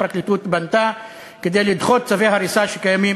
הפרקליטות פנתה כדי לדחות צווי הריסה שקיימים